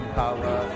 power